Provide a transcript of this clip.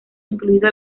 incluido